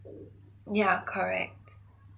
yeah correct